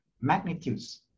Magnitudes